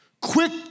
quick